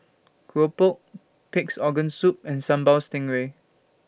Keropok Pig'S Organ Soup and Sambal Stingray